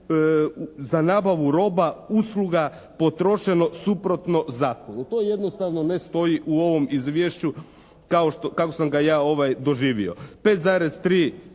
za nabavu roba, usluga potrošeno suprotno zakonu. To jednostavno ne stoji u ovom izvješću kako sam ga ja doživio.